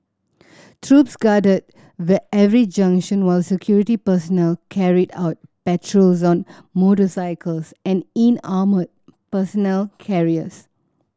troops guarded every junction while security personnel carried out patrols on motorcycles and in armoured personnel carriers